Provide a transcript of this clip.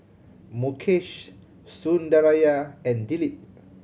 Mukesh Sundaraiah and Dilip